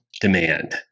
demand